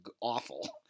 awful